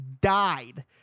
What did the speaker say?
died